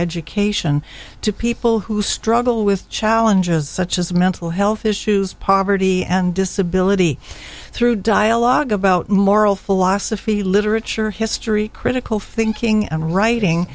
education to people who struggle with challenges such as mental health issues poverty and disability through dialogue about moral philosophy literature history critical thinking and writing